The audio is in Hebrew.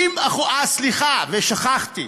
50%. סליחה, ושכחתי,